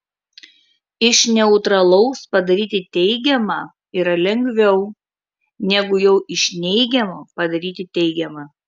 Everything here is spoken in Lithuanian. iš neutralaus padaryti teigiamą yra lengviau negu jau iš neigiamo padaryti teigiamą